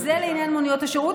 זה לעניין מוניות השירות.